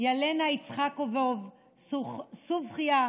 נורה אל-כעביה, וופא ג'והר,